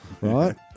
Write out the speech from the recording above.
right